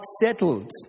settled